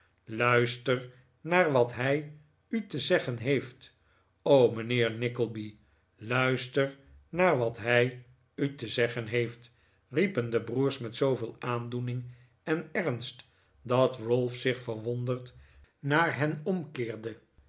luister naar wat hij u te zeggen heeft o mijnheer nickleby luister naar wat hij u te zeggen heeft riepen de broers met zooveel aandoening en ernst dat ralph zich verwonderd naar hen omkeerde